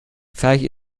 vielleicht